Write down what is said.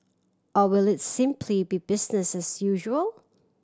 or will it simply be business as usual